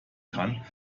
kann